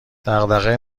دغدغه